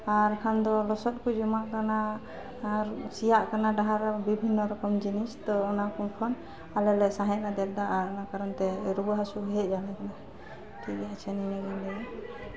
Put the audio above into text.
ᱟᱨ ᱠᱷᱟᱱ ᱫᱚ ᱞᱚᱥᱚᱫ ᱠᱚ ᱡᱚᱢᱟᱜ ᱠᱟᱱᱟ ᱟᱨ ᱥᱮᱭᱟᱜ ᱠᱟᱱᱟ ᱰᱟᱦᱟᱨ ᱨᱮ ᱵᱤᱵᱷᱤᱱᱱᱚ ᱨᱚᱠᱚᱢ ᱡᱤᱱᱤᱥ ᱛᱳ ᱚᱱᱟᱠᱚ ᱠᱷᱚᱱ ᱟᱞᱮᱞᱮ ᱥᱟᱸᱦᱮᱫ ᱟᱫᱮᱨᱫᱟ ᱟᱨ ᱚᱱᱟ ᱠᱟᱨᱚᱱ ᱛᱮ ᱨᱩᱣᱟᱹ ᱦᱟᱹᱥᱩ ᱦᱮᱡ ᱟᱞᱮ ᱠᱟᱱᱟ ᱴᱷᱤᱠ ᱟᱪᱷᱮ ᱱᱤᱭᱟᱹᱜᱮ ᱞᱟᱹᱭ